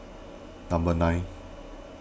number nine